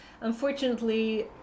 unfortunately